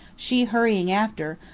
she hurrying after,